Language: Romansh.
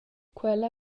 quella